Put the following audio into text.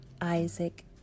Isaac